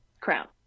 crown